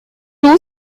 two